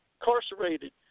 incarcerated